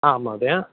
आम् महोदय